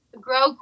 Grow